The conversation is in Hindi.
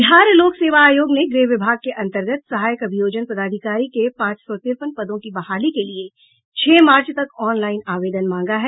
बिहार लोक सेवा आयोग ने गृह विभाग के अन्तर्गत सहायक अभियोजन पदाधिकारी के पांच सौ तिरपन पदों की बहाली के लिए छह मार्च तक ऑनलाईन आवेदन मांगा है